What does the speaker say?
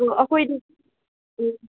ꯑꯣ ꯑꯩꯈꯣꯏꯗꯤ ꯎꯝ